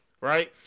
right